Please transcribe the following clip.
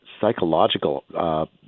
psychological